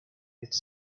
its